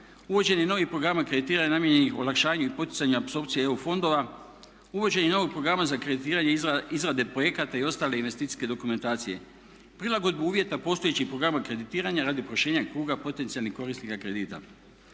uvođenje novih programa kreditiranja namijenjenih olakšanju i poticanju apsorpcije EU fondova, uvođenje novog programa za kreditiranje i izrade projekata i ostale investicijske dokumentacije, prilagodbu uvjeta postojećih programa kreditiranja radi proširenja kruga potencijalnih korisnika kredita.